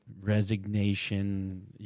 resignation